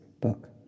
book